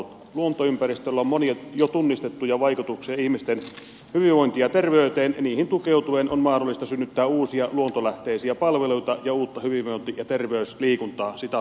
luontoympäristöllä on monia jo tunnistettuja vaikutuksia ihmisten hyvinvointiin ja terveyteen mihin tukeutuen on mahdollista synnyttää uusia luontolähtöisiä palveluja ja uutta hyvinvointi ja terveysliiketoimintaa